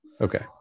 Okay